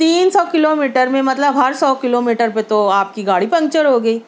تین سو kilometre میں مطلب ہر سو کلو میٹر پے تو آپ کی گاڑی پنکچر ہوگئی